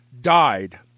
died